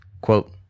Quote